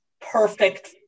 perfect